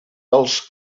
els